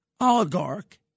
oligarch